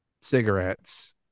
cigarettes